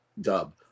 dub